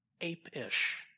ape-ish